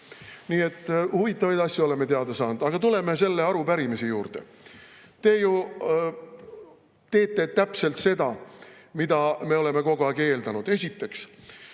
Nii et huvitavaid asju oleme teada saanud. Aga tuleme selle arupärimise juurde. Te teete ju täpselt seda, mida me oleme kogu aeg eeldanud. Esiteks,